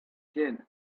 gin